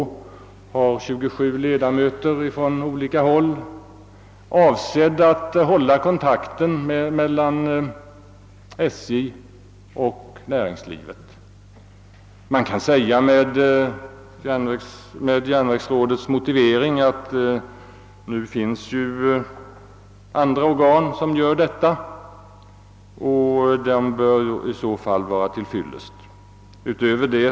Rådet har 27 ledamöter från olika håll och är avsett att hålla kontakten mellan SJ och näringslivet. Man kan med järnvägsrådets motivering säga att det nu finns andra organ som sköter detta och att de bör vara till fyllest.